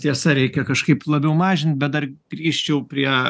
tiesa reikia kažkaip labiau mažint bet dar grįžčiau prie